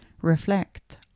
reflect